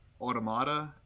Automata